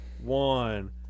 one